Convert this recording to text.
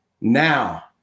Now